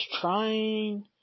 trying